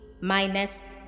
minus